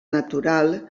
natural